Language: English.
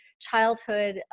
childhood